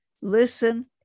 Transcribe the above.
Listen